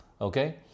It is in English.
Okay